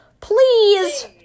Please